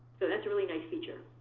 so that's a really nice feature.